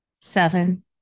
seven